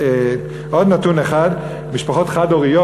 עוד נתון אחד, משפחות חד-הוריות.